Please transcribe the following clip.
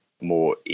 more